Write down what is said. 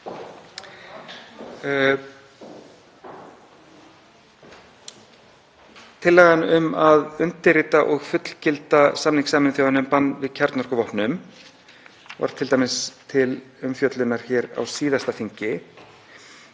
Tillagan um að undirrita og fullgilda samning Sameinuðu þjóðanna um bann við kjarnorkuvopnum var t.d. til umfjöllunar hér á síðasta þingi.